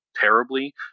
terribly